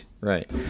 Right